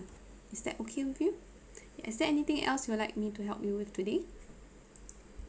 is that okay with you is there anything else you would like me to help you with today